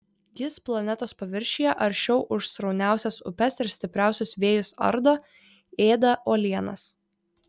jis planetos paviršiuje aršiau už srauniausias upes ir stipriausius vėjus ardo ėda uolienas